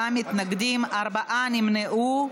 67 חברי כנסת בעד, תשעה מתנגדים, ארבעה נמנעו.